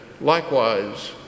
likewise